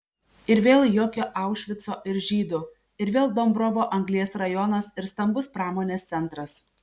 ir vėl jokio aušvico ir žydų ir vėl dombrovo anglies rajonas ir stambus pramonės centras